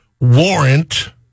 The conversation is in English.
Warrant